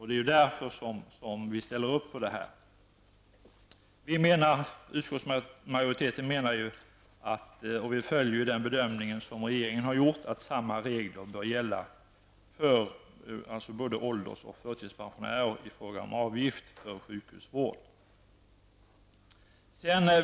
Det är därför som vi ställer upp på förslaget. Utskottsmajoriteten följer den bedömning som regeringen har gjort, att samma regler bör gälla för både ålderspensionärer och förtidspensionärer i fråga om avgifter för sjukhusvård.